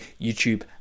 youtube